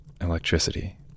Electricity